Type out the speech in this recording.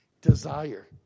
desire